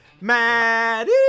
Maddie